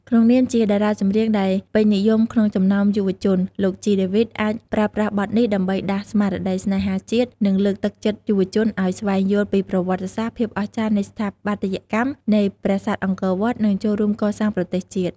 ក្នុងនាមជាតារាចម្រៀងដែលពេញនិយមក្នុងចំណោមយុវជន លោក ជី ដេវីត អាចប្រើប្រាស់បទនេះដើម្បីដាស់ស្មារតីស្នេហាជាតិ និងលើកទឹកចិត្តយុវជនឲ្យស្វែងយល់ពីប្រវត្តិសាស្ត្រ ភាពអស្ចារ្យនៃស្ថាបត្យកម្មនៃប្រាសាទអង្គរវត្ត និងចូលរួមកសាងប្រទេសជាតិ។